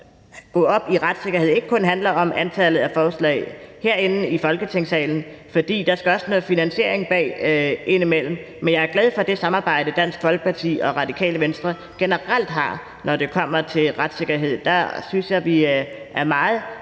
gå op i retssikkerhed ikke kun handler om antallet af forslag herinde i Folketingssalen, fordi der indimellem også skal noget finansiering bag, men jeg er glad for det samarbejde, Dansk Folkeparti og Radikale Venstre generelt har, når det kommer til retssikkerhed. Der synes jeg, vi er meget